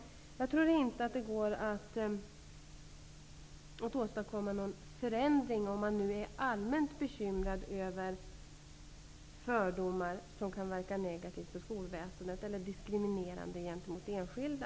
Jag tror inte att det går att åstadkomma någon förändring, om man nu är allmänt bekymrad över fördomar som kan verka negativt för skolväsendet eller diskriminerande gentemot enskilda.